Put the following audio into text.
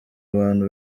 abantu